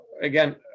Again